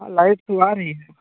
light तो आ रही है